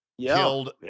killed